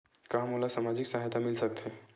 का मोला सामाजिक सहायता मिल सकथे?